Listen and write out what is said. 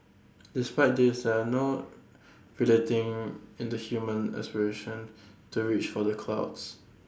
despite this are no relenting in the human aspiration to reach for the clouds